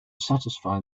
satisfy